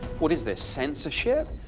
what is this, censorship?